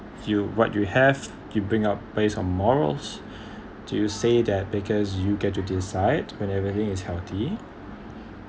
you what you have you bring up based on morals do you say that because you get to decide when everything is healthy